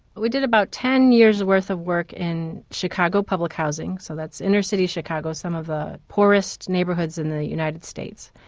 we did about ten year's worth of work in chicago public housing, so that's inner city chicago, some of the poorest neighbourhoods in the united states.